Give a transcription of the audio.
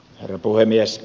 herra puhemies